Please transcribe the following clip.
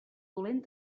dolent